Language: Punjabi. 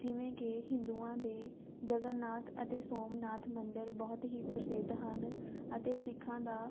ਜਿਵੇਂ ਕਿ ਹਿੰਦੂਆਂ ਦੇ ਜਗਨਨਾਥ ਅਤੇ ਸੋਮਨਾਥ ਮੰਦਰ ਬਹੁਤ ਹੀ ਪ੍ਰਸਿੱਧ ਹਨ ਅਤੇ ਸਿੱਖਾਂ ਦਾ